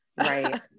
right